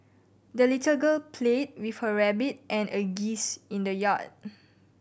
the little girl played with her rabbit and a geese in the yard